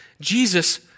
Jesus